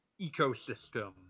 ecosystem